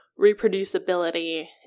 reproducibility